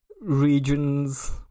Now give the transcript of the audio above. regions